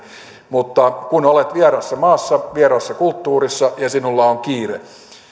mutta kun olet vieraassa maassa vieraassa kulttuurissa ja sinulla on kiire ja